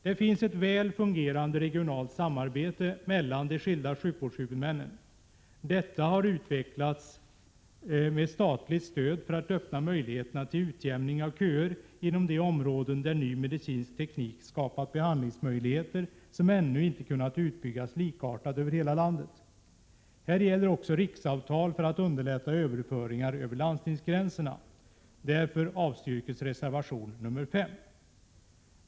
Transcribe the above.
Det finns ett väl fungerande regionalt samarbete mellan de skilda sjukvårdshuvudmännen. Detta har utvecklats med statligt stöd för att öppna möjligheterna till utjämning av köer inom de områden där ny medicinsk teknik skapat behandlingsmöjligheter, som ännu inte kunnat utbyggas i samma omfattning över hela landet. Här gäller också riksavtal för att underlätta överföringar över landstingsgränserna. Därför avstyrker utskottet reservation 5.